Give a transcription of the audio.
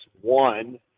One